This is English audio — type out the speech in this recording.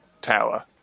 tower